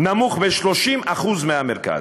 נמוך ב-30% מבמרכז.